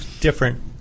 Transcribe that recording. different